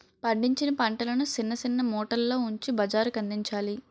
పండించిన పంటలను సిన్న సిన్న మూటల్లో ఉంచి బజారుకందించాలి